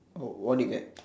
oh what did you get